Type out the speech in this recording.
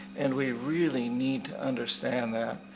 and we really need to understand that.